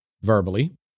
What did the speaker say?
verbally